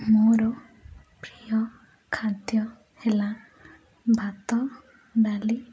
ମୋର ପ୍ରିୟ ଖାଦ୍ୟ ହେଲା ଭାତ ଡାଲି